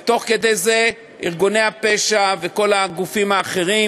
ותוך כדי זה ארגוני הפשע וכל הגופים האחרים